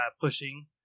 pushing